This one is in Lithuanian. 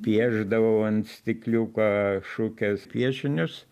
piešdavau ant stikliuko šukės piešinius